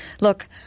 look